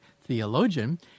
theologian